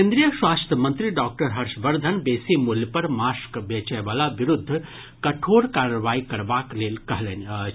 केंद्रीय स्वास्थ्य मंत्री डॉक्टर हर्षवर्धन बेसी मूल्य पर मास्क बेचयवलाक विरूद्व कठोर कार्रवाई करबाक लेल कहलनि अछि